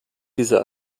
dieser